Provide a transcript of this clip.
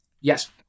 Yes